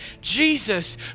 Jesus